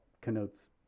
connotes